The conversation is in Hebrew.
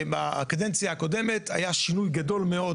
בקדנציה הקודמת היה שינוי גדול מאוד